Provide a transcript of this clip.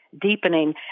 deepening